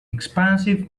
expansive